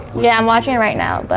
yeah i'm watching it right now, but